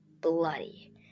bloody